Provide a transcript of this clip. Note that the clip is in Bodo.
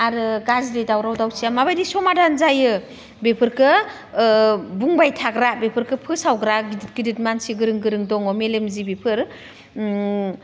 आरो गाज्रि दावराव दावसिया माबायदि समाधान जायो बेफोरखो बुंबाय थाग्रा बेफोरखो फोसावग्रा गिदिद गिदिद मानसि गोरों गोरों दङ मेलेमजिबिफोर